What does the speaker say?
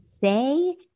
say